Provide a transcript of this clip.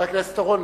חבר הכנסת אורון,